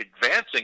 advancing